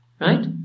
Right